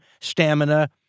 stamina